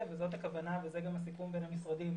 וזאת הכוונה וזה גם הסיכום בין המשרדים: